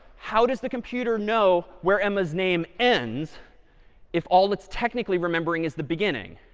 how does the computer know where emma's name ends if all it's technically remembering is the beginning?